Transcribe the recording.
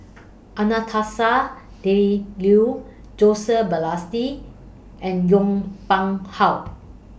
Anastasia Tjendri Liew Joseph Balestier and Yong Pung How